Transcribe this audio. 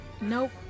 Nope